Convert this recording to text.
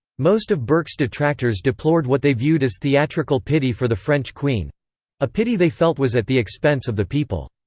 most of burke's detractors deplored what they viewed as theatrical pity for the french queen a pity they felt was at the expense of the people.